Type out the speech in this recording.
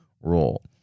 role